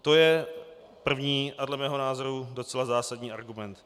To je první a podle mého názoru docela zásadní argument.